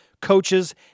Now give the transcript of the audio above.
coaches